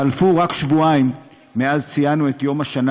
חלפו רק שבועיים מאז ציינו את יום השנה